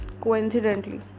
coincidentally